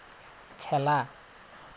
খেলা